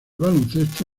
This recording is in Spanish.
baloncesto